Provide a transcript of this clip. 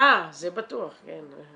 זה בטוח, כן.